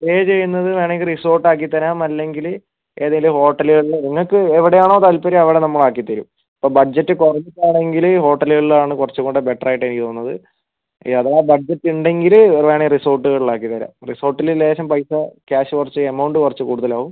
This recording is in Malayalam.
സ്റ്റേ ചെയ്യുന്നത് വേണെങ്കിൽ റിസോർട്ട് ആക്കി തരാം അല്ലെങ്കിൽ ഏതെങ്കിലും ഹോട്ടലുകളിലോ നിങ്ങൾക്ക് എവിടെ ആണോ താല്പര്യം അവിടെ നമ്മൾ ആക്കി തരും ഇപ്പൊ ബഡ്ജറ്റ് കുറഞ്ഞിട്ടാണെങ്കില് ഹോട്ടലുകളിൽ ആണ് കുറച്ച് കൂടെ ബെറ്റർ ആയിട്ട് എനിക്ക് തോന്നുന്നത് ഇനി അഥവാ ബഡ്ജറ്റ് ഉണ്ടെങ്കിൽ വേണേൽ റിസോർട്ടുകളിൽ ആക്കി തരാം റിസോർട്ടിൽ ലേശം പൈസ ക്യാഷ് കുറച്ച് എമൗണ്ട് കുറച്ച് കൂടുതൽ ആവും